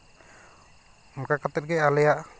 ᱚᱱᱠᱟ ᱠᱟᱛᱮ ᱜᱮ ᱟᱞᱮᱭᱟᱜ